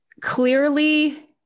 clearly